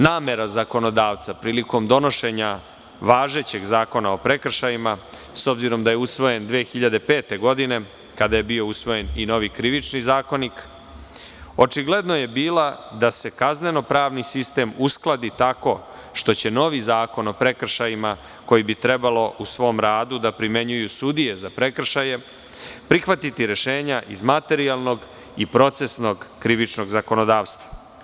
Namera zakonodavca prilikom donošenja važećeg Zakona o prekršajima, s obzirom da je usvojen 2005. godine kada je bio usvojen i novi Krivični zakonik, očigledno je bila da se kazneno-pravni sistem uskladi tako što će novi Zakon o prekršajima koju bi trebalo u svom radu da primenjuju sudije za prekršaje prihvatiti rešenja iz materijalnog i procesnog krivičnog zakonodavstva.